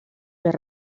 més